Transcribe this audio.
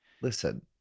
Listen